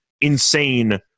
insane